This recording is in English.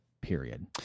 period